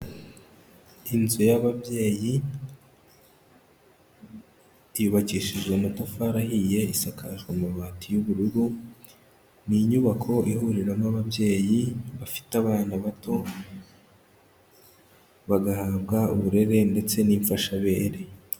Inzu y'ababyeyi yubakishije amatafari ahiye isakajwe amabati y'ubururu, ni inyubako ihuriramo ababyeyi bafite abana bato, bagahabwa uburere ndetse n'imfashabere.